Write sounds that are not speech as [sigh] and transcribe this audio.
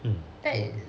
mm [noise]